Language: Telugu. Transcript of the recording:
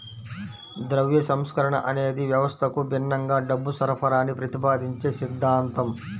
ద్రవ్య సంస్కరణ అనేది వ్యవస్థకు భిన్నంగా డబ్బు సరఫరాని ప్రతిపాదించే సిద్ధాంతం